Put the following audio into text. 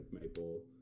Maple